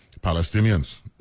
Palestinians